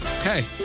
Okay